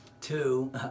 Two